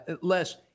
Les